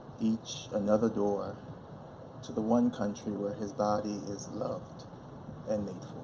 each another door to the one country where his body is loved and made